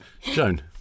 Joan